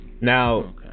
Now